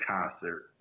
concert